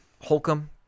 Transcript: Holcomb